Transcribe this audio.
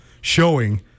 showing